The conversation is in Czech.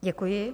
Děkuji.